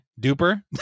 Duper